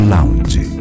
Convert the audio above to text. Lounge